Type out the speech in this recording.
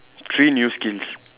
three new skills